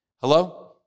Hello